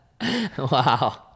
Wow